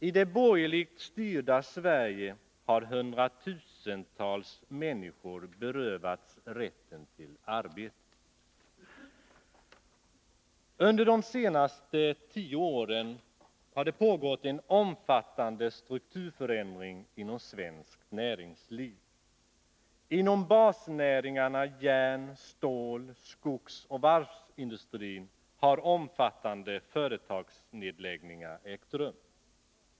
I det borgerligt styrda Sverige har hundratusentals människor berövats rätten till arbete. Under de senaste tio åren har det pågått en omfattande strukturförändring inom svenskt näringsliv. Inom basnäringarna järn, stål, skogsoch varvsindustrin har omfattande företagsnedläggningar ägt rum.